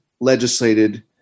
legislated